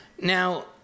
now